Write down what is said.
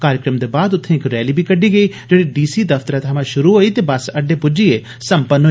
कार्यक्रम दे बाद उत्थें इक रैली बी कड़ी गेई जेड़ी डी सी दफतरै थमां प्ररु होई ते बस अड्डे पुज्जिये सम्पन्न होई